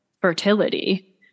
fertility